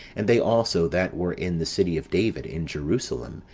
and they also that were in the city of david, in jerusalem,